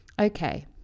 Okay